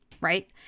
right